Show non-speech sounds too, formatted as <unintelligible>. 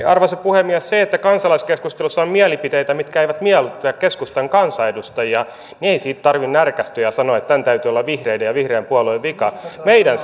<unintelligible> arvoisa puhemies jos kansalaiskeskustelussa on mielipiteitä mitkä eivät miellytä keskustan kansanedustajia niin ei siitä tarvitse närkästyä ja sanoa että tämän täytyy olla vihreiden ja vihreän puolueen vika meidän <unintelligible>